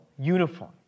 uniform